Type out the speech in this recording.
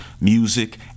music